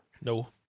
No